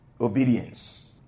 obedience